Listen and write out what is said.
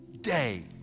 day